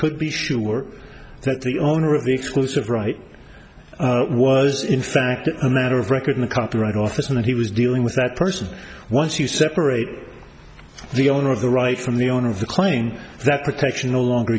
could be sure that the owner of the exclusive right was in fact a matter of record in the copyright office and he was dealing with that person once you separate the owner of the right from the owner of the claim that protection no longer